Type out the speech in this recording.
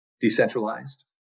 decentralized